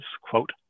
quote